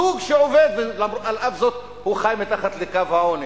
זוג עובד, ועל אף זאת חי מתחת לקו העוני.